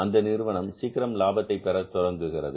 அந்த நிறுவனம் சீக்கிரம் லாபத்தை பெற துவங்குகிறது